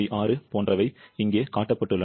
6 போன்றவை இங்கே காட்டப்பட்டுள்ளன